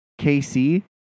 KC